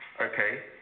Okay